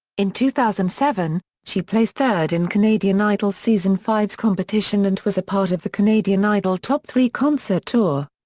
in two thousand and seven, she placed third in canadian idol season five's competition and was a part of the canadian idol top three concert tour.